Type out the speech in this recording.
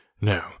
no